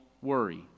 worry